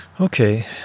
Okay